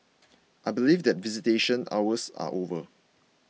I believe that visitation hours are over